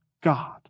God